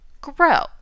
grow